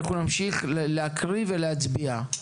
נמשיך להקריא ולהצביע.